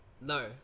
no